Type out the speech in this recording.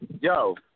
Yo